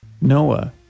noah